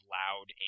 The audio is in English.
loud